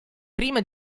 prima